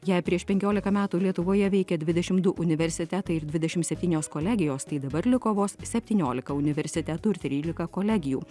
jei prieš penkiolika metų lietuvoje veikė dvidešim du universitetai ir dvidešim septynios kolegijos tai dabar liko vos septyniolika universitetų ir trylika kolegijų